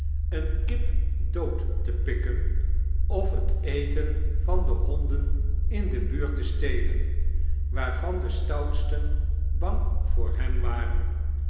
eene kip dood te pikken of het eten van de honden in de buurt te stelen waarvan de stoutsten bang voor hem waren